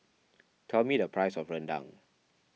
tell me the price of Rendang